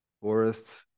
Forests